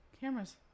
cameras